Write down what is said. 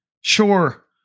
Sure